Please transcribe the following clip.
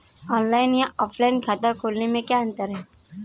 Online या offline खाता खोलने में क्या अंतर है बताएँ?